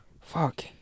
Fuck